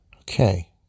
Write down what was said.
Okay